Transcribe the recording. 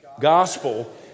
gospel